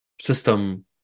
system